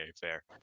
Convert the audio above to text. fair